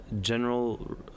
general